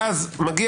ואז יש